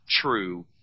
true